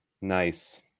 Nice